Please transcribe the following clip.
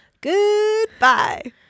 Goodbye